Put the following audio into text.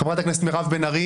חברת הכנסת מירב בן ארי